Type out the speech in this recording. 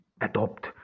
adopt